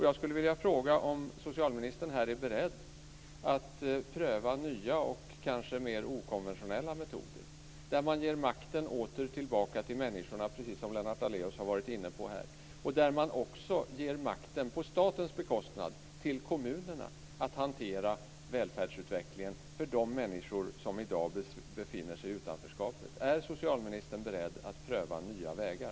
Jag skulle vilja fråga om socialministern är beredd att pröva nya och kanske mer okonventionella metoder där man ger makten tillbaka till människorna, precis som Lennart Daléus har varit inne på här, och där man också, på statens bekostnad, ger makten till kommunerna att hantera välfärdsutvecklingen för de människor som i dag befinner sig i utanförskapet. Är socialministern beredd att pröva nya vägar?